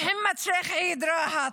מוחמד שיך אל עיד מרהט,